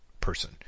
person